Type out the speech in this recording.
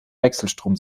wechselstrom